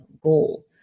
goal